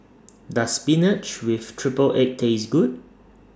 Does Spinach with Triple Egg Taste Good